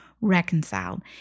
reconciled